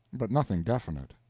but nothing definite.